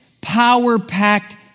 power-packed